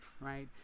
right